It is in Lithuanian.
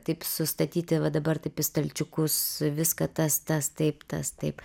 taip sustatyti va dabar taip į stalčiukus viską tas tas taip tas taip